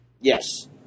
Yes